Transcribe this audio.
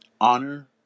honor